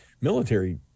military